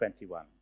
21